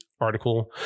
article